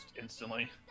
instantly